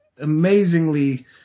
amazingly